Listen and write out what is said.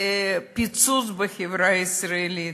פיצוץ בחברה הישראלית,